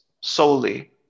solely